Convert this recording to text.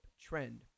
trend